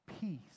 peace